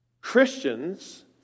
Christians